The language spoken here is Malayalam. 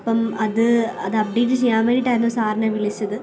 അപ്പം അത് അത് അപ്ഡേറ്റ് ചെയ്യാൻ വേണ്ടിയിട്ടായിരുന്നു സാറിനെ വിളിച്ചത്